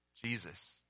Jesus